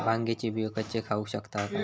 भांगे चे बियो कच्चे खाऊ शकताव काय?